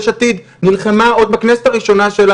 יש עתיד נלחמה עוד בכנסת הראשונה שלה